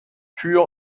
tür